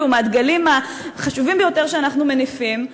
הם מהדגלים החשובים ביותר שאנחנו מניפים,